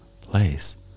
place